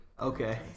Okay